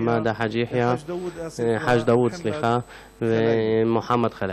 חמאדה חאג' דאוד ומוחמד חלאילה.